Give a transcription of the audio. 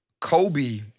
Kobe